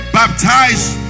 baptized